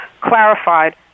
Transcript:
clarified